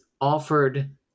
offered